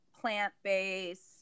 plant-based